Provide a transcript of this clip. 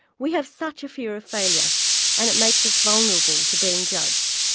we have such a fear of failure and it makes us vulnerable to being judged.